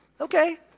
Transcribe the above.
Okay